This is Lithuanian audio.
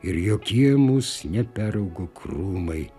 ir jokie mūs neperaugo krūmai